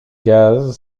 gaz